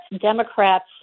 Democrats